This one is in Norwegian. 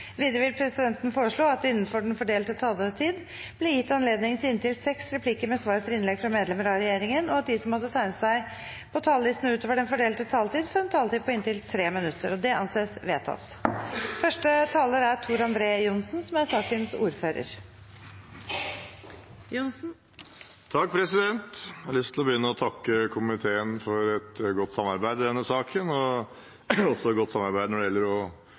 Videre vil presidenten foreslå at det – innenfor den fordelte taletid – blir gitt anledning til inntil seks replikker med svar etter innlegg fra medlemmer av regjeringen, og at de som måtte tegne seg på talerlisten utover den fordelte taletid, får en taletid på inntil 3 minutter. – Det anses vedtatt. Jeg har lyst til å begynne med å takke komiteen for et godt samarbeid i denne saken, også når det gjelder